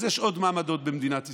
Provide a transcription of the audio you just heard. אז יש עוד מעמדות במדינת ישראל,